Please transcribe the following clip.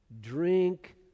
drink